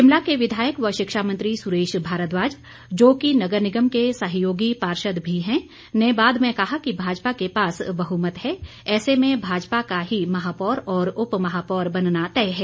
शिमला के विधायक व शिक्षा मंत्री सुरेश भारद्वाज जो कि नगर निगम के सहयोगी पार्षद भी हैं ने बाद में कहा कि भाजपा के पास बहुमत है ऐसे में भाजपा का ही महापौर और उप महापौर बनना तय है